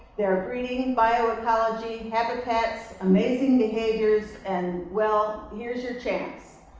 they're breeding, bio-ecology, habitats, amazing behaviors, and, well, here's your chance.